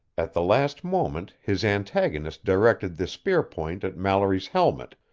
at the last moment his antagonist directed the spearpoint at mallory's helmet,